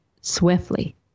swiftly